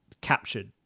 captured